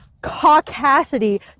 caucasity